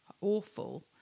awful